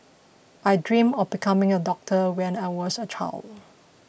I dreamt of becoming a doctor when I was a child